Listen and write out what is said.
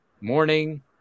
morning